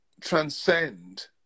transcend